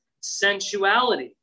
sensuality